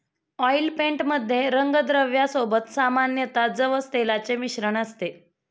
oil paint मध्ये रंगद्रव्या सोबत सामान्यतः जवस तेलाचे मिश्रण असते